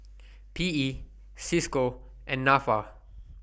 P E CISCO and Nafa